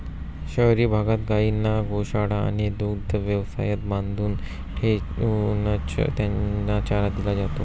शहरी भागात गायींना गोशाळा आणि दुग्ध व्यवसायात बांधून ठेवूनच त्यांना चारा दिला जातो